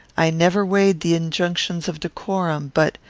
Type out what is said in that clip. i never weighed the injunctions of decorum, but,